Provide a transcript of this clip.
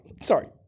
Sorry